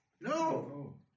No